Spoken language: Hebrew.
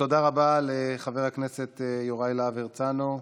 תודה רבה לחבר הכנסת יוראי להב הרצנו.